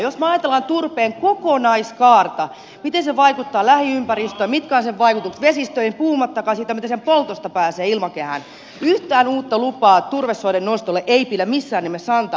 jos me ajattelemme turpeen kokonaiskaarta miten se vaikuttaa lähiympäristöön mitkä ovat sen vaikutukset vesistöihin puhumattakaan siitä mitä sen poltosta pääsee ilmakehään niin yhtään uutta lupaa turvesoiden nostolle ei pidä missään nimessä antaa